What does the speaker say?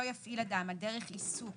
3. לא יפעיל אדם על דרך עיסוק